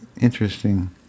interesting